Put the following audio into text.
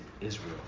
Israel